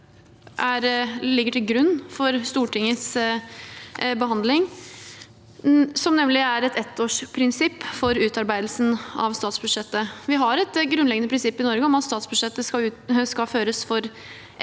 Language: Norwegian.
ligger til grunn for Stortingets behandling, nemlig et ettårsprinsipp for utarbeidelsen av statsbudsjettet. Vi har et grunnleggende prinsipp i Norge om at statsbudsjettet skal føres for